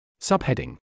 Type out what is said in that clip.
Subheading